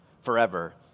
forever